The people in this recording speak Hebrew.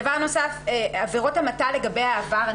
דבר נוסף, עבירות המתה לגבי העבר.